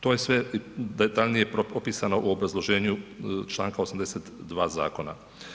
To je sve detaljnije propisano u obrazloženju članka 82. zakona.